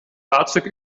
fahrzeug